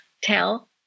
Tell